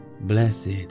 Blessed